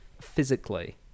physically